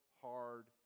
hard